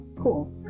Cool